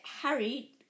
Harry